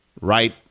right